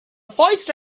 voice